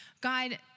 God